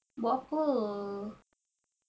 buat apa